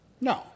No